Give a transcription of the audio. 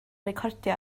recordio